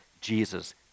Jesus